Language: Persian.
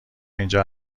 اینجا